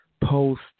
post